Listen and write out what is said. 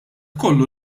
kollu